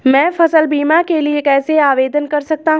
मैं फसल बीमा के लिए कैसे आवेदन कर सकता हूँ?